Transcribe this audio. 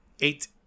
Eight